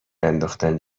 انداختن